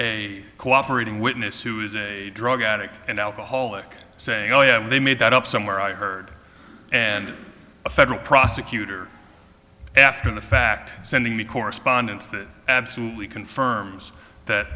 a cooperating witness who is a drug addict and alcoholic saying oh yeah they made that up somewhere i heard and a federal prosecutor after the fact sending me correspondence that absolutely confirms that